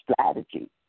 strategy